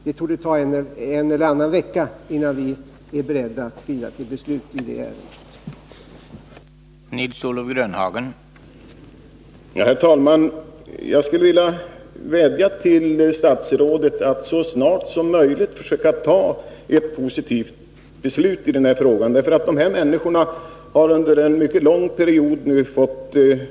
Det torde ta en eller annan vecka innan vi är beredda att skrida till beslut i det här ärendet.